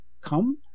come